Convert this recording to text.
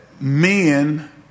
men